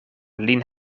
lin